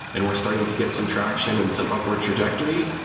and we're starting to get some traction and some upward trajectory,